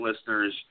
listeners